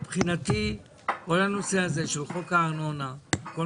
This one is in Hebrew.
מבחינתי כל הנושא הזה של חוק הארנונה וכל